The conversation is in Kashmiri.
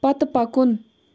پتہٕ پکُن